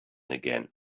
again